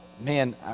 man